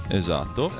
esatto